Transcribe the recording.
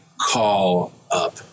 call-up